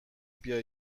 بیای